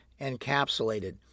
encapsulated